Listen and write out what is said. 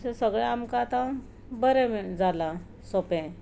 अशें सगळें आतां आमकां बरें जालां सोंपें